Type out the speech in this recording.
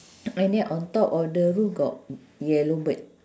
and then on top of the roof got yellow bird